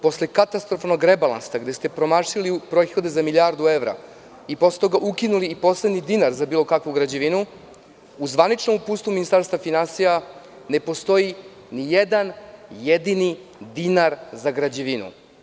Posle katastrofalnog rebalansa gde ste promašili brojke za milijardu evra i posle toga ukinuli i poslednji dinar za bilo kakvu građevinu, u zvaničnom uputstvu Ministarstva finansija ne postoji ni jedan jedini dinar za građevinu.